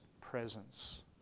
presence